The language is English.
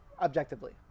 Objectively